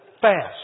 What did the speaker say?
Fast